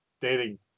dating